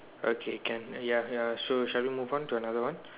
okay can ya ya sure shall we move on to another one